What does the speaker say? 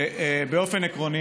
באופן עקרוני,